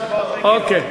אוקיי,